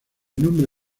nombre